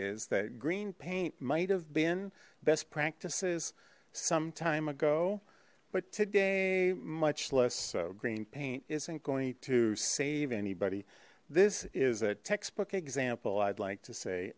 is that green paint might have been best practices some time ago but today much less so green paint isn't going to save anybody this is a textbook example i'd like to say